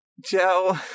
joe